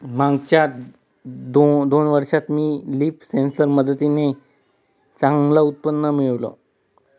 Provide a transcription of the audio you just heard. मागच्या दोन वर्षात मी लीफ सेन्सर च्या मदतीने चांगलं उत्पन्न मिळवलं